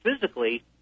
physically